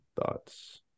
thoughts